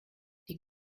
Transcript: die